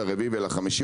הרביעי והחמישי,